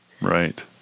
Right